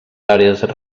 àrees